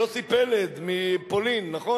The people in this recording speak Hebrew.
יוסי פלד מבלגיה,